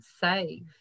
safe